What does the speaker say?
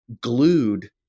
glued